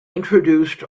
introduced